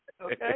Okay